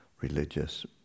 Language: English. religious